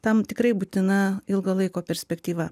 tam tikrai būtina ilgo laiko perspektyva